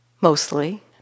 mostly